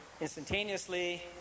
instantaneously